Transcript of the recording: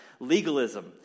legalism